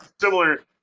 similar